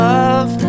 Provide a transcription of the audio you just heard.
love